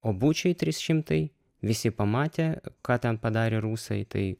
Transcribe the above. o bučioj trys šimtai visi pamatė ką ten padarė rusai tai